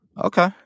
Okay